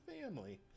family